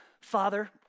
Father